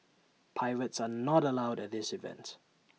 pirates are not allowed at this event